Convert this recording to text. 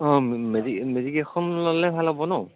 অঁ মেজিক এখন ল'লে ভাল হ'ব ন